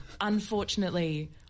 unfortunately